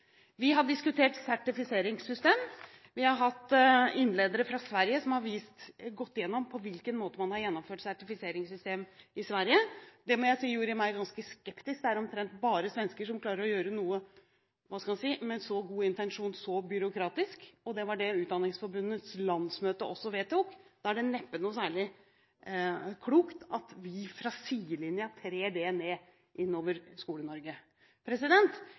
Vi har diskutert sertifiseringssystem, og vi har hatt innledere fra Sverige som har gått igjennom på hvilken måte man har gjennomført sertifiseringssystem i Sverige. Det gjorde meg ganske skeptisk. Det er omtrent bare svensker som klarer å gjøre noe som har en så god intensjon, så byråkratisk, og det var det Utdanningsforbundets landsmøte også vedtok. Da er det neppe noe særlig klokt at vi fra sidelinjen trer det